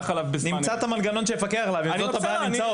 צריך עכשיו לנחש